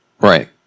Right